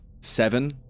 seven